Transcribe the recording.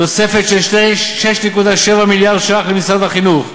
תוספת של 6.7 מיליארד ש"ח למשרד החינוך,